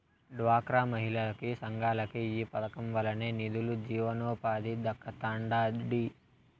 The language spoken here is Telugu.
డ్వాక్రా మహిళలకి, సంఘాలకి ఈ పదకం వల్లనే నిదులు, జీవనోపాధి దక్కతండాడి